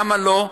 למה לא?